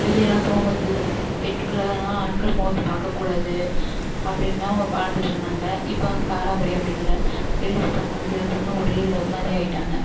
வெளியேலாம் போகும் போது பெண்கள்லாம் ஆண்கள் முகத்த பார்க்க கூடாது அப்படின்னா வாழ்ந்துட்டு இருந்தாங்க இப்போ வந்து பாரம்பரியம் அப்படி இல்லை லேடீசும் வந்து கேர்ல்சும் வந்தும் ஒரே மாதிரி ஆகிட்டாங்க